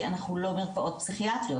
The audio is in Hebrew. כי אנחנו לא מרפאות פסיכיאטריות,